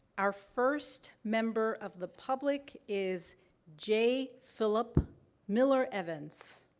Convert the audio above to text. our first member of the public is j. philip miller-evans.